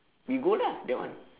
we go lah that one